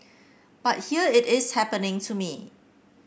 but here it is happening to me